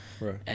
Right